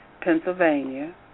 Pennsylvania